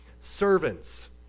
servants